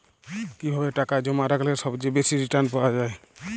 কিভাবে টাকা জমা রাখলে সবচেয়ে বেশি রির্টান পাওয়া য়ায়?